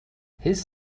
his